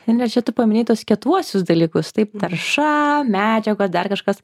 indre čia tu paminėjai tuos kietuosius dalykus taip tarša medžiagos dar kažkas